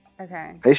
Okay